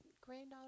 granddaughter